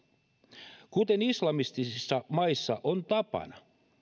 kuten islamistisissa maissa on tapana